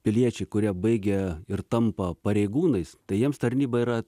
piliečiai kurie baigė ir tampa pareigūnais tai jiems tarnyba yra